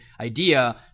idea